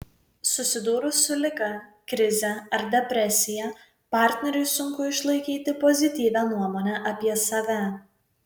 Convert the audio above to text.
susidūrus su liga krize ar depresija partneriui sunku išlaikyti pozityvią nuomonę apie save